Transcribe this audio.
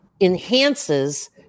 enhances